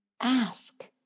ask